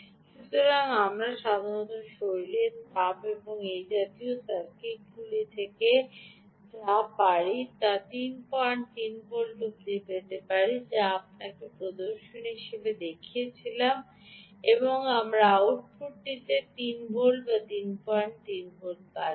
সুতরাং আমরা সাধারণত শরীরের তাপ এবং এই জাতীয় সার্কিটগুলি থেকে আমরা আসলে যা ছিল তা থেকেই আমরা 33 পেতে পারি যা আমি আপনাকে প্রদর্শন হিসাবে দেখিয়েছিলাম যে আমরা আউটপুটটিতে 3 ভোল্ট 33 পাচ্ছি